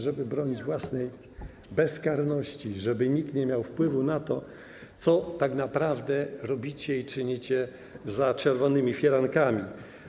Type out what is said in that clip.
Żeby bronić własnej bezkarności, żeby nikt nie miał wpływu na to, co tak naprawdę robicie i czynicie za czerwonymi firankami.